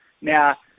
Now